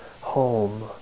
home